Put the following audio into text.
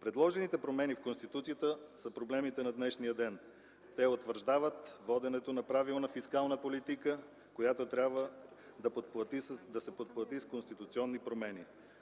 Предложените промени в Конституцията са проблемите на днешния ден. Те утвърждават воденето на правилна фискална политика, която трябва да се подплати с конституционни промени.